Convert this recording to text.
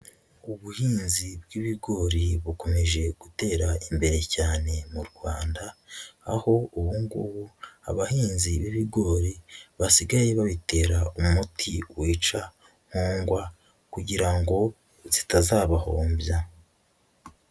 Ubuhinzi bw'ibigori bukomeje gutera imbere cyane mu Rwanda, aho ubu ngubu abahinzi b'ibigori basigaye babitera umuti wica nkongwa kugira ngo zitazabahombya.